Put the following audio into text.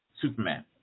Superman